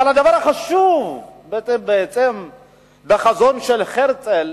אבל הדבר החשוב בעצם בחזון של הרצל,